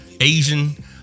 Asian